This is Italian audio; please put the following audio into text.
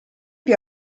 più